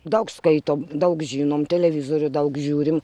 daug skaitom daug žinom televizorių daug žiūrim